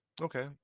Okay